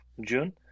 June